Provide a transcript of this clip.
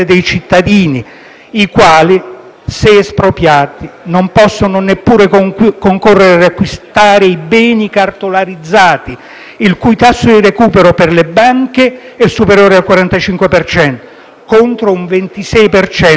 se espropriati, non possono neppure concorrere a riacquistare i beni cartolarizzati, il cui tasso di recupero per le banche è superiore al 45 per cento, contro un 26 per cento delle società veicolo.